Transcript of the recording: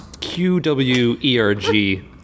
Q-W-E-R-G